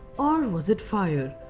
or was it fire?